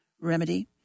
remedy